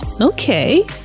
Okay